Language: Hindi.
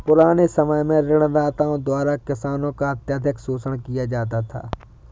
पुराने समय में ऋणदाताओं द्वारा किसानों का अत्यधिक शोषण किया जाता था